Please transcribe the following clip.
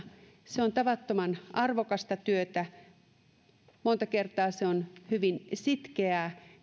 se on tavattoman arvokasta työtä monta kertaa se on hyvin sitkeää